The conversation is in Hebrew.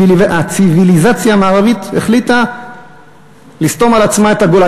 הציוויליזציה המערבית החליטה לסתום על עצמה את הגולל.